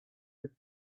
with